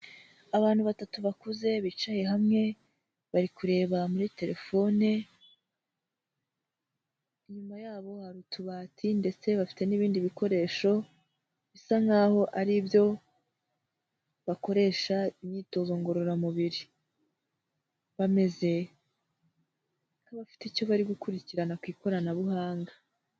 Abantu batatu bakuze bicaye hamwe bari kureba muri telefone, inyuma yabo hari utubati ndetse bafite n'ibindi bikoresho bisa nkaho ari byo bakoresha imyitozo ngororamubiri, bameze nk'abafite icyo bari gukurikirana ku ikoranabuhanga.